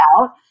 out